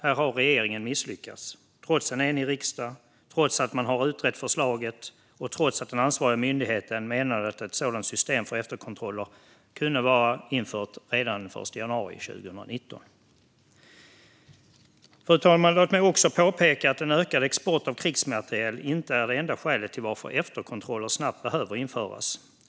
Här har regeringen misslyckats trots en enig riksdag, trots att man har utrett förslaget och trots att den ansvariga myndigheten menade att ett sådant system för efterkontroller skulle kunna vara infört redan den 1 januari 2019. Fru talman! Låt mig också påpeka att en ökad export av krigsmateriel inte är det enda skälet till att efterkontroller snabbt behöver införas.